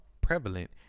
prevalent